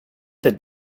the